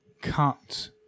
cut